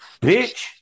bitch